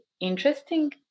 interesting